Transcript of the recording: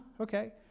okay